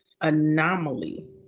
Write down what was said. Anomaly